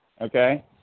okay